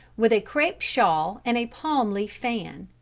with a crepe shawl and a palm-leaf fan.